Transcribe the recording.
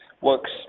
works